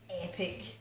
epic